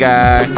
Guy